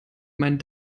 meinen